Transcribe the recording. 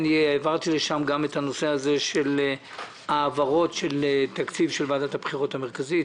העברתי לשם גם את נושא ההעברות של תקציב ועדת הבחירות המרכזית,